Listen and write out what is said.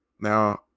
Now